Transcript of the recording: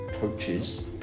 coaches